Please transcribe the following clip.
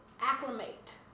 acclimate